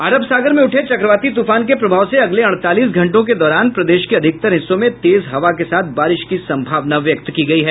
अरब सागर में उठे चक्रवाती तूफान के प्रभाव से अगले अड़तालीस घंटों के दौरान प्रदेश के अधिकतर हिस्सों में तेज हवा के साथ बारिश की संभावना व्यक्त की गयी है